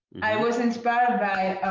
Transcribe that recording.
i was inspired by